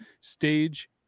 Stage